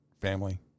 family